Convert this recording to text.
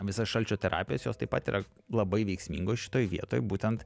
visas šalčio terapijas jos taip pat yra labai veiksmingos šitoj vietoj būtent